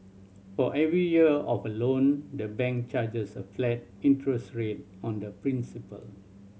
for every year of a loan the bank charges a flat interest rate on the principal